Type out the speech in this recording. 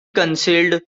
concealed